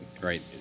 right